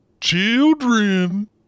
children